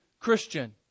Christian